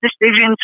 decisions